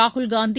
ராகுல் காந்தி